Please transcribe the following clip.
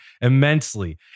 immensely